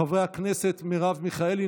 חברי הכנסת מרב מיכאלי,